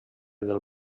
del